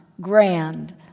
grand